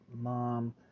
mom